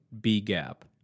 B-gap